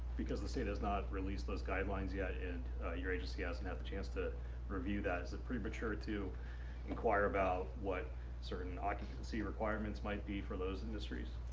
because the state does not release those guidelines guidelines yeah yeah and your agency hasn't had the chance to review that? is it premature to inquire about what certain occupancy requirements might be for those industries?